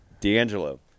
D'Angelo